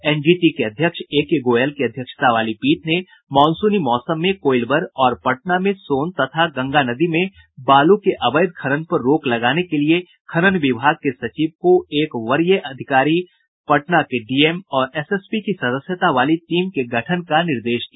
NGT के अध्यक्ष आदर्श कुमार गोयल की अध्यक्षता वाली पीठ ने मॉनसूनी मौसम में कोइलवर और पटना में सोन तथा गंगा नदी में बालू के अवैध खनन पर रोक लगाने के लिए खनन विभाग के सचिव को एक वरीय विभागीय अधिकारी पटना के डीएम और एसएसपी की सदस्यता वाली टीम के गठन का निर्देश दिया